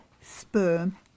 sperm